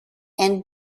and